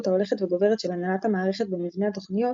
ההולכת וגוברת של הנהלת המערכת במבנה התוכניות,